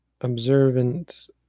observant